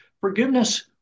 Forgiveness